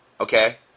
Okay